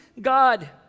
God